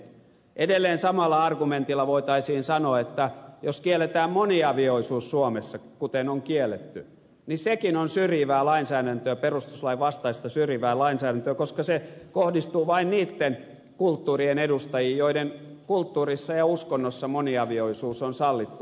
edelleen samalla argumentilla voitaisiin sanoa että jos kielletään moniavioisuus suomessa kuten on kielletty niin sekin on syrjivää lainsäädäntöä perustuslainvastaista syrjivää lainsäädäntöä koska se kohdistuu vain niitten kulttuurien edustajiin joiden kulttuurissa ja uskonnossa moniavioisuus on sallittua